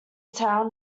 town